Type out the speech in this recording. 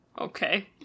Okay